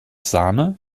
sahne